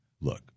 look